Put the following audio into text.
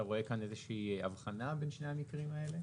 אתה רואה איזושהי הבחנה בין שני המקרים האלה?